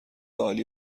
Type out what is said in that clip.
عالی